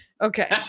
Okay